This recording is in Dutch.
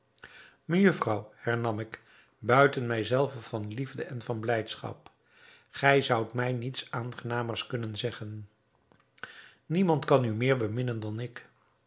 mejufvrouw hernam ik buiten mij zelven van liefde en van blijdschap gij zoudt mij niets aangenamers kunnen zeggen niemand kan u meer beminnen dan ik